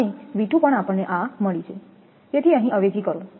અને V2 પણ આપણને આ મળી છે તેથી અહીં અવેજી કરો